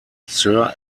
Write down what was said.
sir